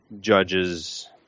judges